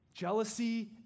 Jealousy